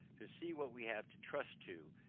to see what we have to trust to,